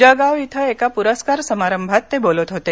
जळगाव इथं एका पुरस्कार समारंभात ते बोलत होते